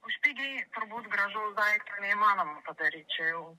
už pigiai turbūt gražaus daikto neįmanoma padaryt čia jau